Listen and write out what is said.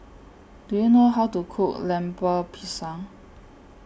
Do YOU know How to Cook Lemper Pisang